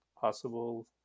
possible